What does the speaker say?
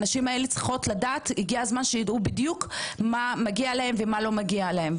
הגיע הזמן שהאנשים האלה יידעו בדיוק מה מגיע להם ומה לא מגיע להם.